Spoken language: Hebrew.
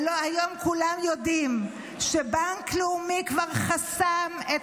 הלוא היום כולם יודעים שבנק לאומי כבר חסם את